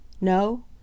No